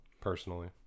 personally